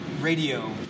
radio